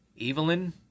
Evelyn